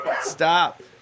stop